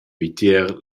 vitier